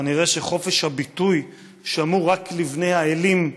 כנראה חופש הביטוי שמור רק לבני האלים,